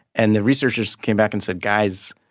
and the researchers came back and said, guys,